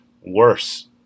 worse